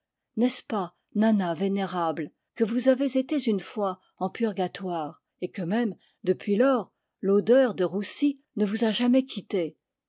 n'est-ce pas nanna vénérable que vous avez été une fois en purgatoire et que même depuis lors l'odeur de roussi ne vous a jamais quittée